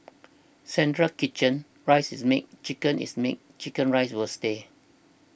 central kitchen rice is made chicken is made Chicken Rice will stay